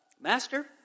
Master